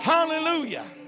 Hallelujah